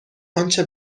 آنچه